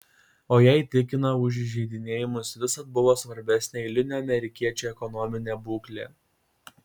o jai tikina už įžeidinėjimus visad buvo svarbesnė eilinių amerikiečių ekonominė būklė